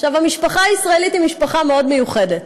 עכשיו, המשפחה הישראלית היא משפחה מאוד מיוחדת,